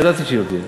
ידעתי שהיא לא תהיה.